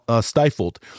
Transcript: stifled